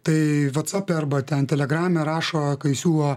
tai vatsape apie arba ten telegrame rašo kai siūlo